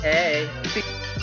Hey